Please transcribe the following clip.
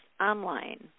online